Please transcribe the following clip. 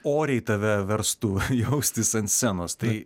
oriai tave verstų jaustis ant scenos tai